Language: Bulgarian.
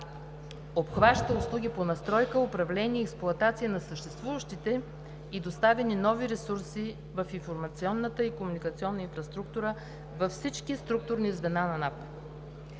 обхваща услуги по настройка, управление, експлоатация на съществуващите и доставяни нови ресурси в информационната и комуникационната структура във всички структурни звена на НАП.